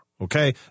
Okay